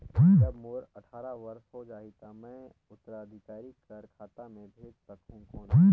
जब मोर अट्ठारह वर्ष हो जाहि ता मैं उत्तराधिकारी कर खाता मे भेज सकहुं कौन?